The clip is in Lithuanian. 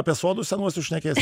apie sodus senuosius šnekėsim